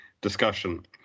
discussion